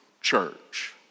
church